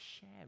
share